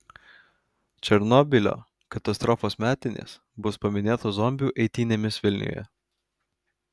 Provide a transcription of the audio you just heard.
černobylio katastrofos metinės bus paminėtos zombių eitynėmis vilniuje